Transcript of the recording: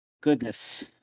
goodness